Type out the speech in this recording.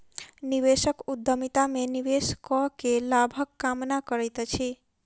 निवेशक उद्यमिता में निवेश कअ के लाभक कामना करैत अछि